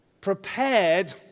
prepared